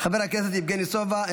חבר הכנסת יבגני סובה,